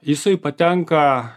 jisai patenka